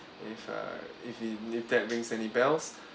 if uh if you leave that brings any bells